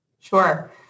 Sure